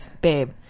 babe